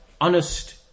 honest